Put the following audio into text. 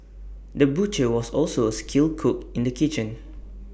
the butcher was also A skilled cook in the kitchen